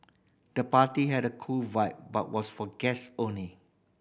the party had a cool vibe but was for guests only